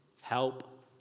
Help